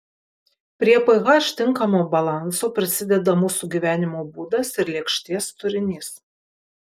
prie ph tinkamo balanso prisideda mūsų gyvenimo būdas ir lėkštės turinys